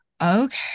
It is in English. okay